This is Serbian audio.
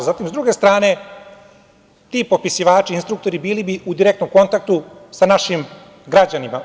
S druge strane, ti popisivači instruktori bili bi u direktnom kontaktu sa našim građanima.